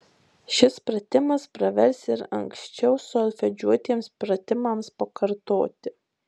šis pratimas pravers ir anksčiau solfedžiuotiems pratimams pakartoti